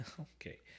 okay